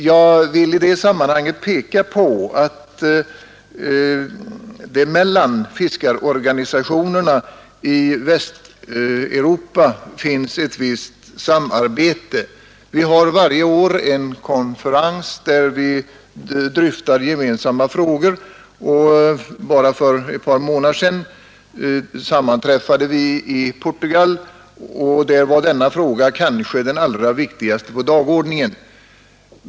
Jag kan i det sammanhanget meddela att det förekommer ett visst samarbete mellan fiskarorganisationerna i Västeuropa. Vi har varje år en konferens vid vilken vi dryftar gemensamma frågor, och för ett par månader sedan sammanträffade vi i Portugal, då just denna fråga var den kanske allra viktigaste på dagordningen.